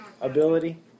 ability